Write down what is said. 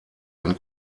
den